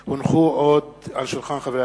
פ/2343/18,